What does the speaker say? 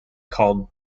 called